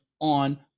on